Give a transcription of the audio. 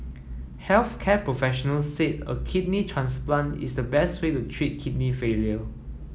health care professionals said a kidney transplant is the best way to treat kidney failure